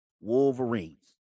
Wolverines